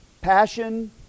passion